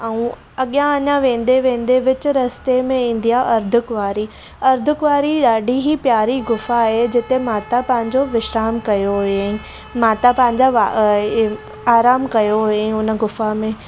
ऐं अॻियां अञा वेंदे वेंदे विच रस्ते में ईंदी आहे अर्धकुंवारी अर्धकुंवारी ॾाढी ई प्यारी ग़ुफ़ा आहे जिते माता पंहिंजो विश्राम कयो हुयाईं माता पंहिंजा वा आरामु कयो हुयाईं ग़ुफ़ा में